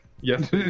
yes